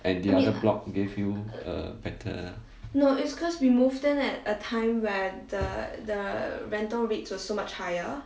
and the other block gave you a better